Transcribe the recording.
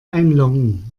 einloggen